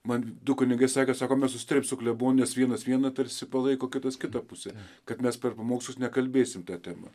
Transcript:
man du kunigai sakė sako mes susitarėm su klebonais vienas vieną tarsi palaiko kitas kitą pusę kad mes per pamokslus nekalbėsim ta tema